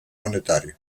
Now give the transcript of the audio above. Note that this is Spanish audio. monetario